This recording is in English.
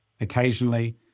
occasionally